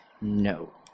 No